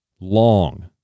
long